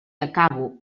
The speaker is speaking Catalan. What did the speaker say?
acabo